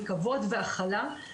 כבוד והכלה,